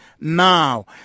now